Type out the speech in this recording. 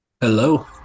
Hello